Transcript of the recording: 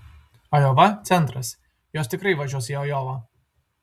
ajova centras jos tikrai važiuos į ajovą